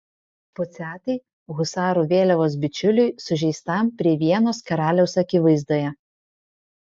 puciatai husarų vėliavos bičiuliui sužeistam prie vienos karaliaus akivaizdoje